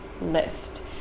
list